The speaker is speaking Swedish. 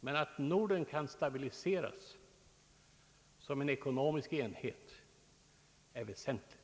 Men att Norden kan stabiliseras som en ekonomisk enhet är väsentligt.